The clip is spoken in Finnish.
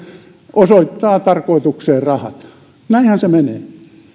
osoittaa tarkoitukseen rahat näinhän se menee